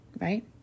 right